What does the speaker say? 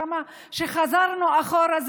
כשחזרנו אחורה,